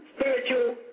spiritual